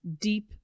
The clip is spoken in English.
deep